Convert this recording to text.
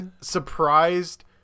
surprised